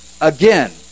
Again